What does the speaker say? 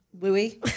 Louis